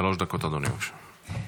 שלוש דקות, אדוני, בבקשה.